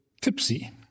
tipsy